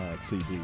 CD